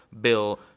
Bill